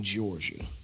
Georgia